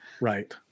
Right